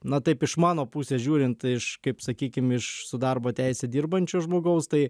na taip iš mano pusės žiūrint iš kaip sakykim iš su darbo teise dirbančio žmogaus tai